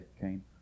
Cain